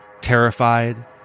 terrified